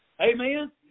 Amen